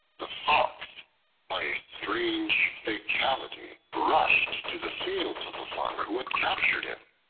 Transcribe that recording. the fox by a strange fatality rushed to the fields of the farmer who had captured him.